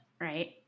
right